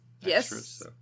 Yes